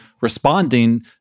responding